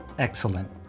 Excellent